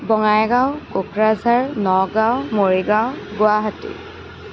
Bongaigaon Kokrajhar Nagaon Morigaon Guwahati